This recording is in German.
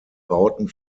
bauten